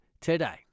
today